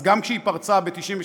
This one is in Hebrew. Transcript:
אז גם כאשר היא פרצה ב-1993,